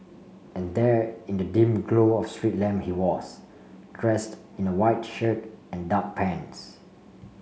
and there in the dim glow of street lamp he was dressed in a white shirt and dark pants